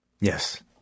Yes